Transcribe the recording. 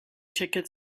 ticket